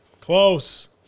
Close